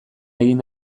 egin